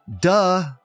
duh